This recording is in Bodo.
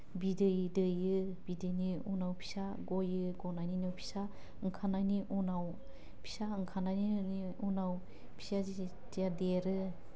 बिदै दैयो बिदैनि उनाव फिसा गयो गनायनि उनाव फिसा ओंखारनायनि उनाव फिसा ओंखारनायनि उनाव फिसाया जिथिया देरो